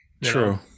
True